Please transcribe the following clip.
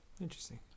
Interesting